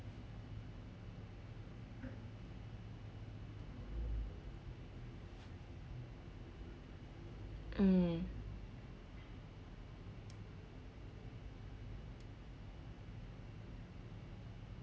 mm